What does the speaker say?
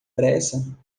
pressa